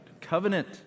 Covenant